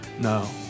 no